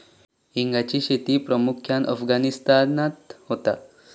हिंगाची शेती प्रामुख्यान अफगाणिस्तानात होता